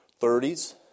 30s